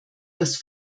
das